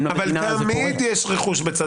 למדינה --- תמיד יש רכוש בצד הדבר הזה.